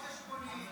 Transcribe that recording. ואוצ'רים או חשבונית,